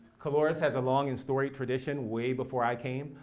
colores has a long and storied tradition way before i came.